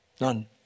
none